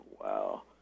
Wow